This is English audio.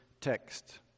text